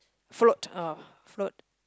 float of float